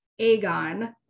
Aegon